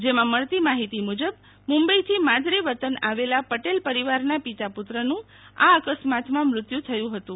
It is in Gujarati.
જેમાં મળતી માહિતી મુજબ મુંબઈથી માદરે વતન આવેલા પટેલ પરિવારના પિતા પુત્રનું આ અકસ્માતમાં મુત્યુ થય હતું